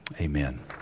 Amen